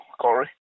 Corey